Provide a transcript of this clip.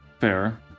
Fair